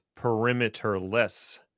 perimeterless